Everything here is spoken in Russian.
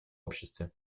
обществе